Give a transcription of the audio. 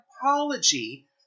apology